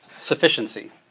sufficiency